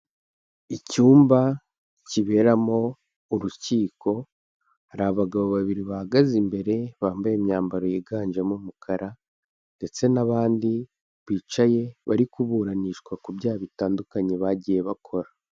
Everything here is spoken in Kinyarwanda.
Icyumba kiberamo urukiko, hari abagabo babiri bahagaze imbere, bambaye imyambaro yiganjemo umukara ndetse n'abandi bicaye bari kuburanishwa ku byaha bitandukanye bagiye bakora.